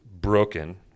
broken